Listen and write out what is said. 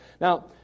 Now